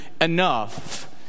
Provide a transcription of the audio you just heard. enough